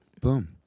Boom